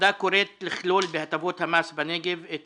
הוועדה קוראת לכלול בהטבות המס בנגב את